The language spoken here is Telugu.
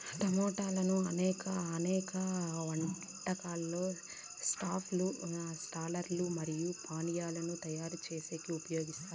టమోటాలను అనేక వంటలలో సాస్ లు, సాలడ్ లు మరియు పానీయాలను తయారు చేసేకి ఉపయోగిత్తారు